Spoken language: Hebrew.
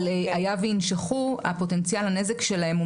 אבל היה ויינשכו פוטנציאל הנזק שלהם הוא